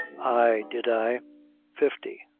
ay did i fifty.